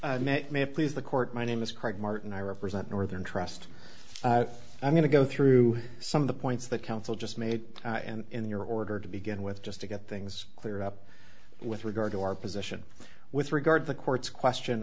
have please the court my name is craig martin i represent northern trust i'm going to go through some of the points that counsel just made and in your order to begin with just to get things cleared up with regard to our position with regard to the court's question